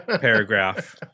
paragraph